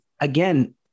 again